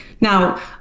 Now